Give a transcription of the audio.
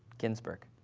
ginsberg.